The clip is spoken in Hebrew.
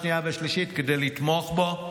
שנייה ושלישית כדי לתמוך בו.